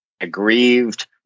aggrieved